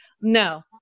no